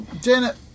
Janet